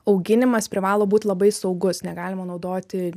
auginimas privalo būt labai saugus negalima naudoti